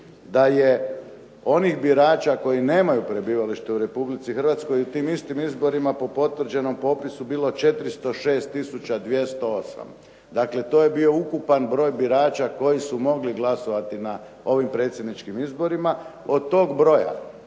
da je onih birača koji nemaju prebivalište u Republici Hrvatskoj u tim istim izborima po potvrđenom popisu bilo 406 tisuća 208, dakle to je bio ukupan broj birača koji su mogli glasovati na ovim predsjedničkim izborima. Od tog broja